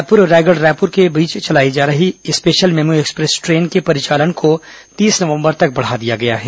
रायपुर रायगढ़ रायपुर के मध्य चलाई जा रही स्पेशल मेमू एक्सप्रेस ट्रेन के परिचालन को तीस नवंबर तक बढ़ा दिया गया है